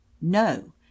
No